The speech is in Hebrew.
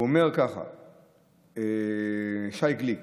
שי גליק,